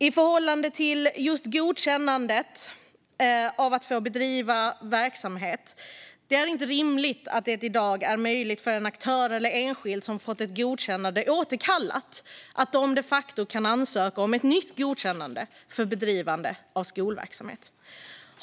I förhållande till just godkännande av att få bedriva verksamhet är det inte rimligt att det i dag är möjligt för en aktör eller en enskild som har fått ett godkännande återkallat att de facto ansöka om ett nytt godkännande för bedrivande av skolverksamhet.